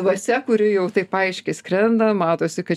dvasia kuri jau taip aiškiai skrenda matosi kad